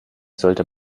sollte